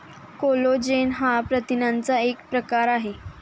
collagen हा प्रथिनांचा एक प्रकार आहे